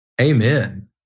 amen